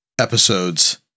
episodes